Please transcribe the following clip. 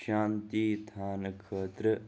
شانتی تھاونہٕ خٲطرٕ